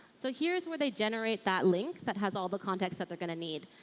so here is where they generate that link that has all the contacts that they're going to need.